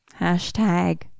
hashtag